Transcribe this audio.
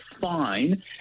fine